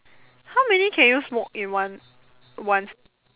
how many can you smoke in one one